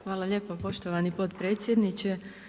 Hvala lijepo poštovani potpredsjedniče.